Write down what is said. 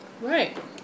Right